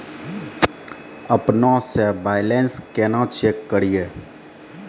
अपनों से बैलेंस केना चेक करियै?